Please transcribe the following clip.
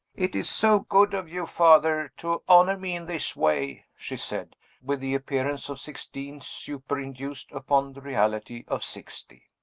it is so good of you, father, to honor me in this way, she said with the appearance of sixteen super-induced upon the reality of sixty.